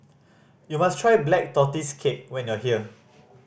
you must try Black Tortoise Cake when you are here